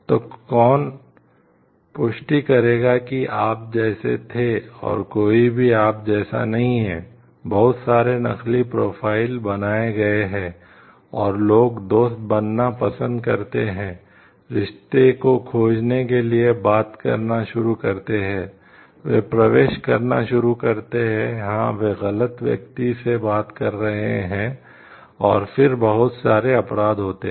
तो कौन पुष्टि करेगा कि आप जैसे थे और कोई भी आप जैसा नहीं है बहुत सारे नकली प्रोफाइल बनाए गए हैं और लोग दोस्त बनना पसंद करते हैं रिश्तों को खोजने के लिए बात करना शुरू करते हैं वे प्रवेश करना शुरू करते हैं हां वे गलत व्यक्ति से बात कर रहे हैं और फिर बहुत सारे अपराध होते हैं